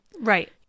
Right